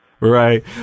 Right